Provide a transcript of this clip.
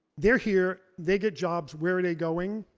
they're here, they get jobs, where are they going?